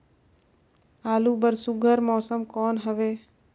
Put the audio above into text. आलू बर सुघ्घर मौसम कौन हवे?